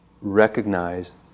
recognize